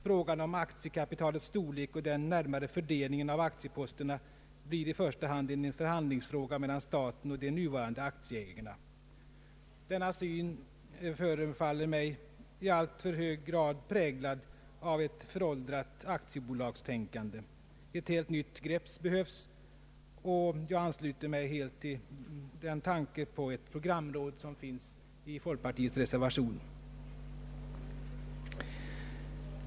Frågan om aktiekapitalets storlek och den närmare fördelningen av aktieposterna blir i första hand en förhandlingsfråga mellan staten och de nuvarande aktieägarna Denna syn förefaller mig starkt präglad av ett föråldrat aktiebolagstänkande. Ett nytt grepp behövs, och jag ansluter mig helt till den tanke på ett programråd som finns i folkpartiets reservation.